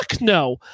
no